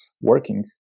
working